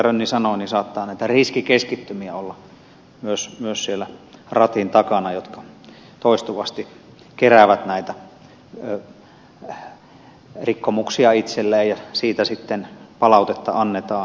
rönni sanoi saattaa näitä riskikeskittymiä olla myös siellä ratin takana jotka toistuvasti keräävät näitä rikkomuksia itselleen ja siitä sitten palautetta annetaan